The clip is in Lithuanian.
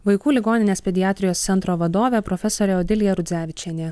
vaikų ligoninės pediatrijos centro vadovė profesorė odilija rudzevičienė